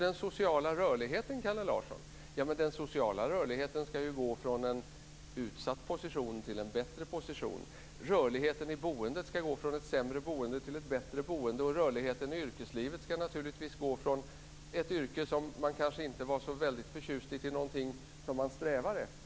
Den sociala rörligheten, Kalle Larsson, ska ju innebära att man går från en utsatt position till en bättre position. Rörligheten i boendet ska innebära att gå från ett sämre boende till ett bättre boende och rörligheten i yrkeslivet naturligtvis att gå från ett yrke man kanske inte är så väldigt förtjust i till någonting som man strävar efter.